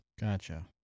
Gotcha